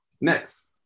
Next